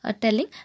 telling